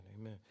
Amen